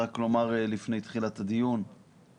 לפני תחילת הדיון אני רוצה לומר